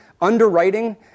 underwriting